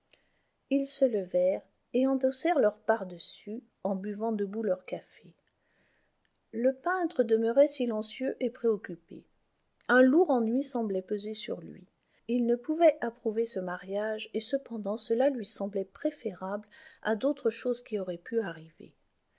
ils se levèrent et endossèrent leur pardessus en buvant debout leur café le peintre demeurait silencieux et préoccupé un lourd ennui semblait peser sur lui il ne pouvait approuver ce mariage et cependant cela lui semblait préférable à d'autres choses qui auraient pu arriver